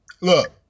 look